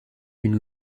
une